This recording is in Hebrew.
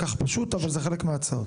פשוט, אבל זה חלק מההצעות.